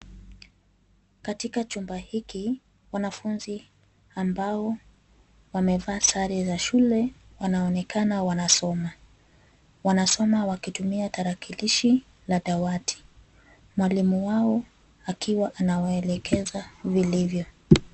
Katika chumba hiki wanafunzi ambao wamevaa sare za shule wanaonekana wanasoma. Wanasoma wakitumia tarakilishi na dawati. Mwalimu wao akiwa anawaelekeza vilivyo.